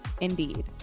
Indeed